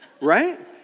right